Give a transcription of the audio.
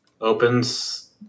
opens